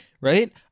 right